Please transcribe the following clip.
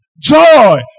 Joy